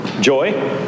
Joy